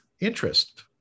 interest